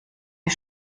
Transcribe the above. die